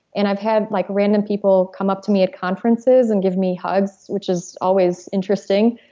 and i've had like random people come up to me at conferences and give me hugs, which is always interesting,